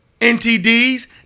NTDs